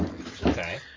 Okay